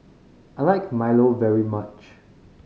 I like milo very much